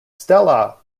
stella